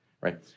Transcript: right